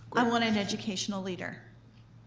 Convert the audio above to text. i want an educational leader,